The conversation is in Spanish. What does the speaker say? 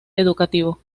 educativo